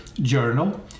journal